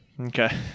Okay